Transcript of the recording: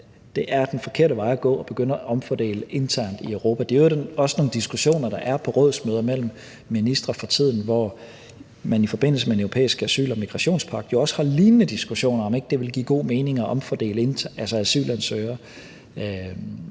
det er den forkerte vej at gå at begynde at omfordele internt i Europa. Det er i øvrigt også nogle diskussioner, der er på rådsmøder mellem ministre for tiden. Der har man jo i forbindelse med en europæisk asyl- og migrationspagt også lignende diskussioner af, om ikke det ville give god mening at omfordele asylansøgere